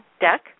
deck